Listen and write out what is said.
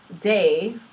day